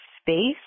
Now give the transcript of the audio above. space